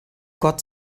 gott